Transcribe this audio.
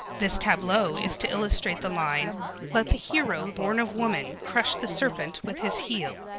this tableau is to illustrate the line let the hero born of woman crush the serpent with his heel.